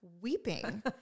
weeping